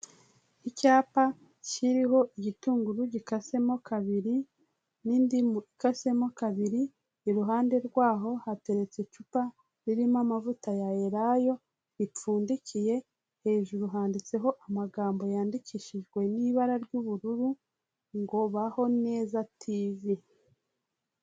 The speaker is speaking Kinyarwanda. Icyapa kiriho igitunguru gikasemo kabiri n'indimu ikasemo kabiri, iruhande rwaho hateretse icupa ririmo amavuta ya elayo ripfundikiye hejuru handitseho amagambo yandikishijwe n'ibara ry'ubururu ngo ''baho neza tv''.